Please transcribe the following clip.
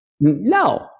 no